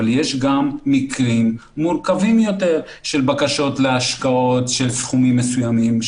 אבל יש גם מקרים מורכבים יותר של בקשות להשקעות של סכומים מסוימים,